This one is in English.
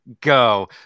go